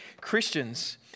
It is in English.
Christians